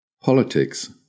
Politics